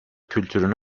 kültürünü